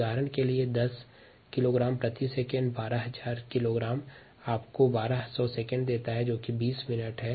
उदाहरण के लिए 10 किलोग्राम प्रति सेकंड पर 12000 किलोग्राम से आपको 1200 सेकंड देता है जो कि 20 मिनट है